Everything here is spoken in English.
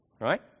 right